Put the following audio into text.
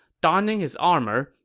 donning his armor,